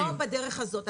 לא בדרך הזאת.